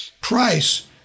Price